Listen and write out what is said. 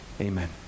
amen